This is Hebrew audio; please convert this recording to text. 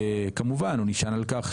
כמובן הוא נשען על כך,